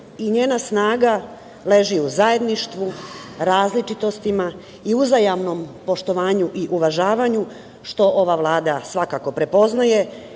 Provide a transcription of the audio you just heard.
i njena snaga leži u zajedništvu, različitostima i uzajamnom poštovanju i uvažavanju, što ova Vlada svakako prepoznaje